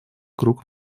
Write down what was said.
круг